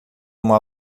uma